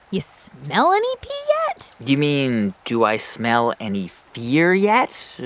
you smell any pee yet? you mean do i smell any fear yet?